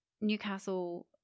Newcastle